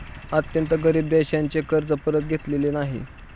अत्यंत गरीब देशांचे कर्ज परत घेतलेले नाही